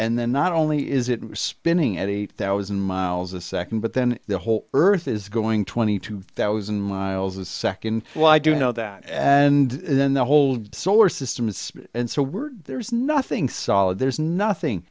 and then not only is it spinning at a thousand miles a second but then the whole earth is going to twenty two thousand miles a second well i do know that and then the whole the solar system is and so we're there's nothing solid there's nothing